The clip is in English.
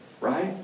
Right